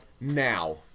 now